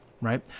right